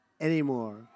anymore